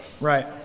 Right